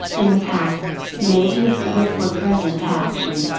in the past, made use of it for present action,